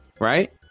right